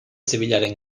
zibilaren